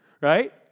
Right